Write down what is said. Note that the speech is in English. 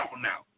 now